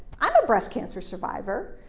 i'm a breast cancer survivor.